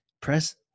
Press